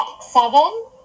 Seven